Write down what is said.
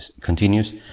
continues